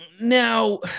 Now